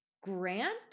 Grant